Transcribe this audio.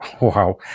Wow